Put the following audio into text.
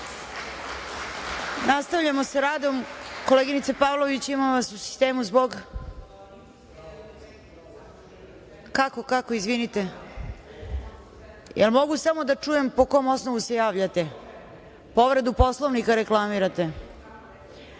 Nastavljamo sa radom. Koleginice Pavlović, ima vas u sistemu, zbog? Kako, kako izvinite. Da li mogu da čujem po kom osnovu se javljate? Povredu Poslovnika reklamirate.